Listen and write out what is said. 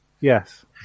Yes